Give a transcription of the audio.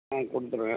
ஆ கொடுத்துடுங்க